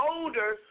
older